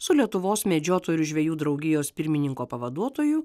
su lietuvos medžiotojų ir žvejų draugijos pirmininko pavaduotoju